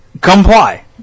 Comply